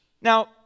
Now